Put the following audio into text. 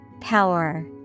Power